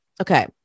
Okay